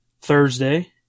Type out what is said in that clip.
Thursday